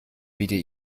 wieder